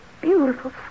beautiful